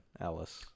Alice